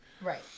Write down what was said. Right